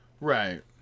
right